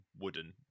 wooden